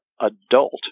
adult